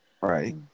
Right